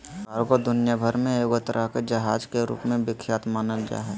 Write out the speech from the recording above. cargo दुनिया भर मे एगो तरह के जहाज के रूप मे विख्यात मानल जा हय